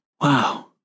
Wow